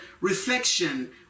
reflection